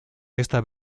esta